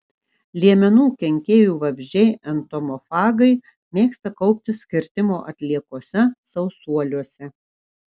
liemenų kenkėjų vabzdžiai entomofagai mėgsta kauptis kirtimo atliekose sausuoliuose